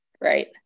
Right